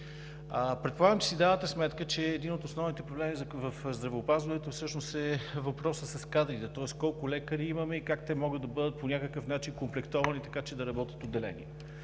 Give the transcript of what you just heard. предполагам, давате си сметка, че един от основните проблеми в здравеопазването всъщност е въпросът с кадрите, тоест колко лекари имаме и как те могат да бъдат по някакъв начин окомплектовани така, че да работят отделенията.